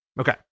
Okay